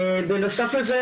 בנוסף לזה,